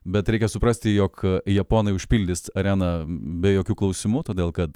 bet reikia suprasti jog japonai užpildys areną be jokių klausimų todėl kad